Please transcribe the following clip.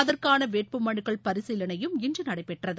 அதற்கான வேட்புமனுக்கள் பரிசீலனையும் இன்று நடைபெற்றது